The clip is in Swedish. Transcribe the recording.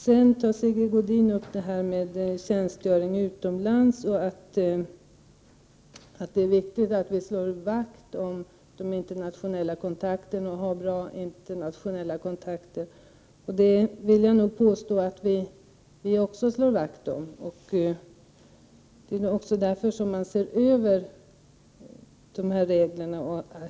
Sigge Godin tog upp frågan om tjänstgöring utomlands och sade att det är viktigt att vi slår vakt om och har bra internationella kontakter. Dessa vill vi också slå vakt om, och det är därför vi ser över reglerna.